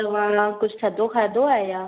तव्हां कुझु थधो खाधो आहे या